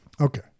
Okay